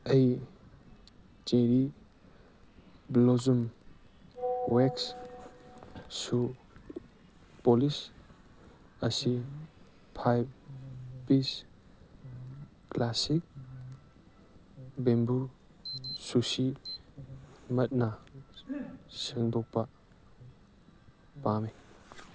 ꯑꯩ cherry blossom wax shoe polish ꯑꯁꯤ five piece classic bamboo ꯁꯨꯁꯤ ꯃꯠꯅ ꯁꯦꯡꯗꯣꯛꯄ ꯄꯥꯝꯃꯤ